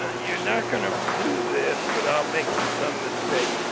ah you're not going to do this without making some mistakes,